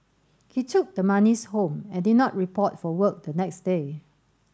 he took the monies home and did not report for work the next day